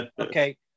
Okay